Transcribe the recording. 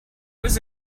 was